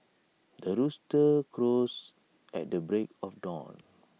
the rooster crows at the break of dawn